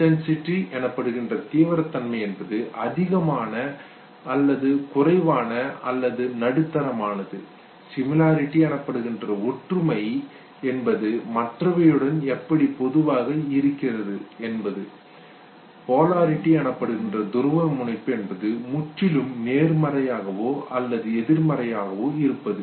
intensity தீவிரத்தன்மை என்பது அதிகமான குறைவான அல்லது நடுத்தரமானது சிமிலாரிட்டி ஒற்றுமை என்பது மற்றவையுடன் எப்படி பொதுவாக இருக்கிறது பொலாரிட்டி துருவமுனைப்பு என்பது முற்றிலும் நேர்மறையாகவோ அல்லது எதிர்மறையாகவோ இருப்பது